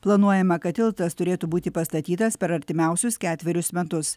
planuojama kad tiltas turėtų būti pastatytas per artimiausius ketverius metus